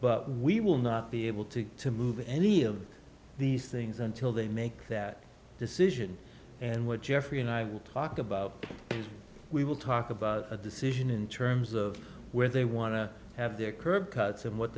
but we will not be able to to move any of these things until they make that decision and what jeffrey and i will talk about we will talk about a decision in terms of where they want to have their curb cuts and what